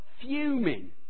fuming